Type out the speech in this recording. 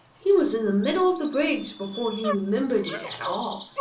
he was in the middle of the bridge before he remembered it at all.